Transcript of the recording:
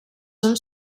són